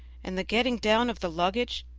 and the getting down of the luggage,